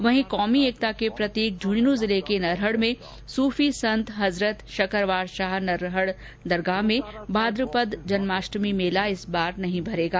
वहीं कौमी एकता के प्रतीक झुन्झुन्ं जिर्ल के नरहड में सूफी संत हजरत शकरवार शाह नरहड दरगाह में भाद्रपद जन्माष्टमी मेला इस बार नहीं भरेगा